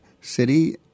City